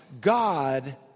God